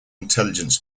intelligence